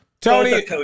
Tony